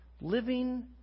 living